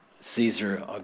Caesar